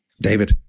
David